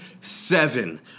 seven